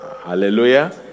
Hallelujah